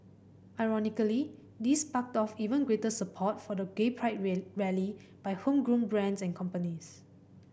ironically this sparked off even greater support for the gay pride rally by homegrown brands and companies